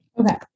Okay